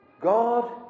God